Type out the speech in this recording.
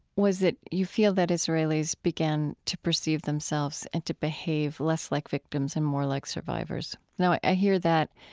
was that you feel that israelis began to perceive themselves and to behave less like victims and more like survivors. now i hear that